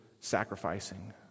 sacrificing